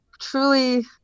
truly